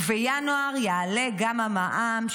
ובינואר יעלה גם המע"מ,